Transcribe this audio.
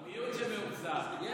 המיעוט שמאוכזב.